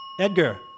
Edgar